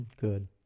Good